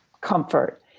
comfort